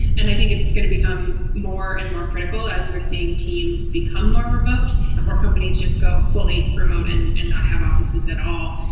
and i think it's going to become more and more critical as we're teams become more remote or companies just go fully remote and and not have offices at all.